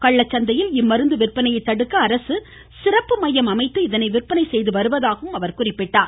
கள்ளச்சந்தையில் இம்மருந்து விற்பனையை தடுக்க அரசு சிறப்பு மையம் அமைத்து இதனை விற்பனை செய்வதாக கூறினார்